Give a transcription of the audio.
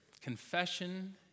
confession